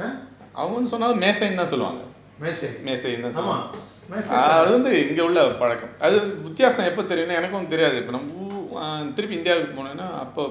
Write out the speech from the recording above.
!huh! மேசை ஆமா மேசை தான்:mesai aama